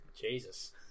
Jesus